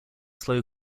slow